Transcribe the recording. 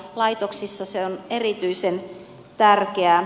laitoksissa se on erityisen tärkeää